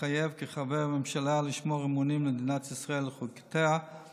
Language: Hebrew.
מתחייב כחבר הממשלה לשמור אמונים למדינת ישראל ולחוקיה,